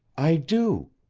i do.